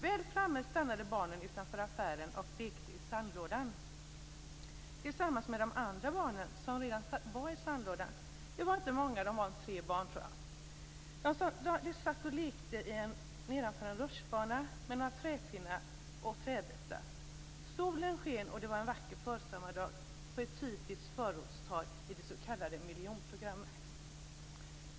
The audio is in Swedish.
Väl framme stannade barnen utanför affären och lekte i sandlådan tillsammans med de barn som redan var i sandlådan. De var inte många. Det var tre barn, tror jag. De satt och lekte nedanför en rutschbana med några träpinnar och träbitar. Solen sken och det var en vacker försommardag på ett typiskt förortstorg i det s.k. miljonprogrammet.